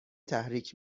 تحریک